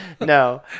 no